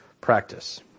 practice